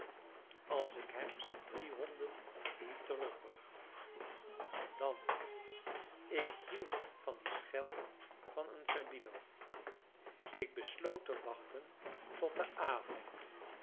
als ik hem zijn drie honden niet terugbracht en dan ik hield van dien schelm van een zerbino ik besloot te wachten tot den avond